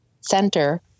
center